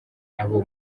abo